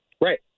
Right